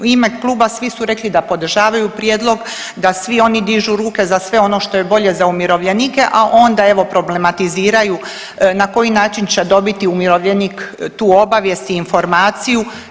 U ime kluba svi su rekli da podržavaju prijedlog, da svi oni dižu ruke za sve ono što je bolje za umirovljenike, a onda evo problematiziraju na koji način će dobiti umirovljenik tu obavijest i informaciju.